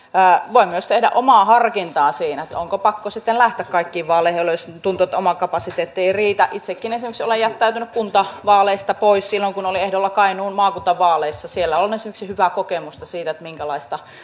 voi myös tehdä omaa harkintaa siinä onko pakko sitten lähteä kaikkiin vaaleihin jos tuntuu että oma kapasiteetti ei riitä itsekin esimerkiksi olen jättäytynyt kuntavaaleista pois silloin kun olin ehdolla kainuun maakuntavaaleissa siellä on esimerkiksi hyvää kokemusta siitä minkälaista